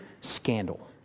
scandal